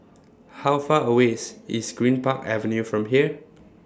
How Far away IS IS Greenpark Avenue from here